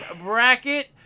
bracket